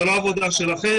זאת לא עבודה שלכם.